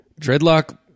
Dreadlock